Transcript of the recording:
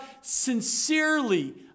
sincerely